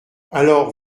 alors